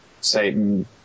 Satan